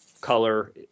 color